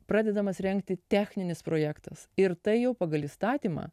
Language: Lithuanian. pradedamas rengti techninis projektas ir tai jau pagal įstatymą